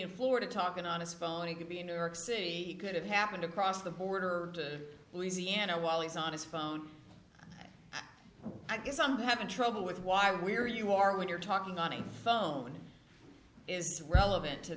in florida talking on his phone he could be in new york city could have happened across the border to louisiana while he's on his phone i guess i'm having trouble with why we're you are when you're talking on the phone is relevant to